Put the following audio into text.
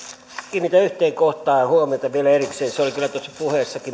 kiinnitän yhteen kohtaan huomiota vielä erikseen se oli kyllä tuossa puheessakin